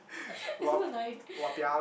you're so annoying